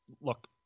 look